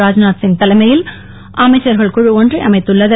ராஜ்நாத் சிங் தலைமையில் அமைச்சர்கள் குழு ஒன்றை அமைத்துள்ளது